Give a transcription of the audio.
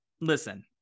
listen